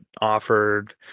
offered